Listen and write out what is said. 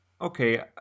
Okay